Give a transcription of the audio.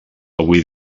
avui